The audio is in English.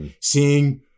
seeing